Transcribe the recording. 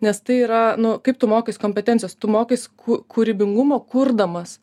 nes tai yra nu kaip tu mokais kompetencijos tu mokais ku kūrybingumo kurdamas